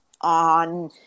on